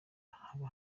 haba